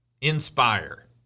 inspire